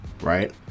right